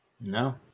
No